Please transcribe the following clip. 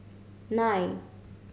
nine